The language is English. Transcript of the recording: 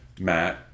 Matt